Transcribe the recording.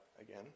again